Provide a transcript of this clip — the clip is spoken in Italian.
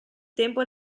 tempo